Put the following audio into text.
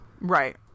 Right